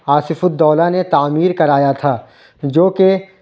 آصف الدولہ نے تعمیر کرایا تھا جو کہ